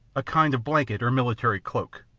a kind of blanket or military cloak.